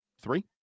three